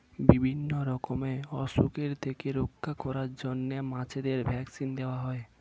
বিভিন্ন রকমের অসুখের থেকে রক্ষা করার জন্য মাছেদের ভ্যাক্সিন দেওয়া হয়